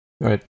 Right